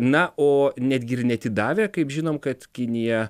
na o netgi ir neatidavę kaip žinom kad kinija